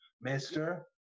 mister